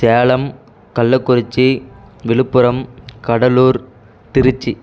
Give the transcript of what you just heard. Salem Kallakurichi Viluppuram Cuddalore Trichy